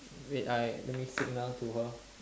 wait I let me signal to her